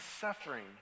suffering